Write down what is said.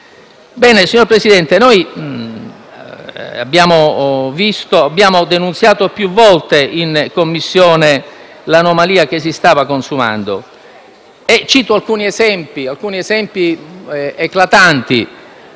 Signor Presidente, noi abbiamo denunciato più volte in Commissione l'anomalia che si stava consumando. Cito alcuni esempi eclatanti: